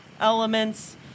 elements